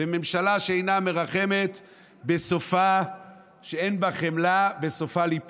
"ימינם ימין שקר" הולכת לישון להרבה זמן.